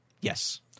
Yes